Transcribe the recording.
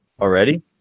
already